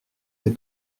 des